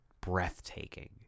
Breathtaking